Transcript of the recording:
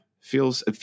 feels